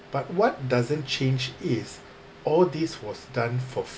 but what doesn't change is all this was done for